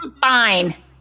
Fine